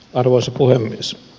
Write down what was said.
arvoisa puhemies